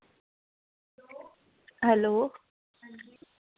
hello